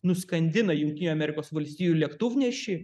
nuskandina jungtinių amerikos valstijų lėktuvnešį